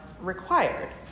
required